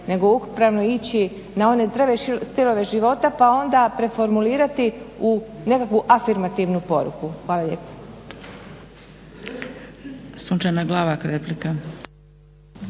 nego upravo ići na one zdrave stilove života pa onda preformulirati u nekakvu afirmativnu poruku. Hvala lijepa.